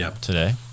Today